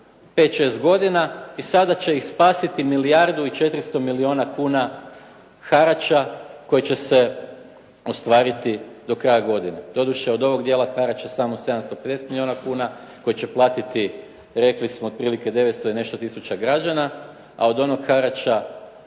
šest godina i sada će ih spasiti milijardu i 400 milijuna kuna harača koji će se ostvariti do kraja godine. Doduše od ovog dijela harača samo 750 milijuna kuna koji će platiti, rekli smo, otprilike 900 i nešto tisuća građana, a od onog harača,